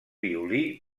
violí